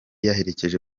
yaherekeje